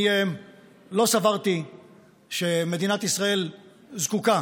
אני לא סברתי שמדינת ישראל זקוקה